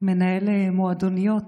מנהל מועדוניות,